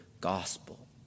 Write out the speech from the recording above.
gospel